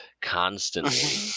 constantly